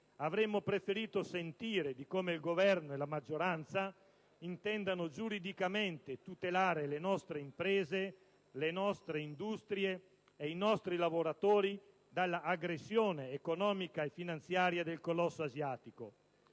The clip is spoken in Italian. avremmo preferito sentire di come il Governo e la maggioranza intendano giuridicamente tutelare le nostre imprese, le nostre industrie e i nostri lavoratori dalla aggressione economica e finanziaria del colosso asiatico.